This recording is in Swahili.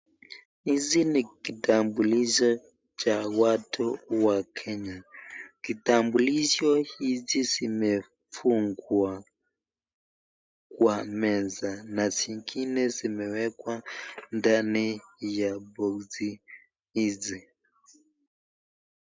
Hizi ni kitambulisho vya watu wa Kenya. Kitambulisho hizi zimefungwa kwa meza na zingine zimewekwa ndani ya boksi hizi.